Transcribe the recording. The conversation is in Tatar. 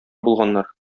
булганнар